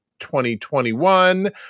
2021